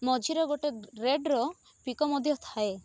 ମଝିରେ ଗୋଟେ ରେଡ଼୍ର ପିକ ମଧ୍ୟ ଥାଏ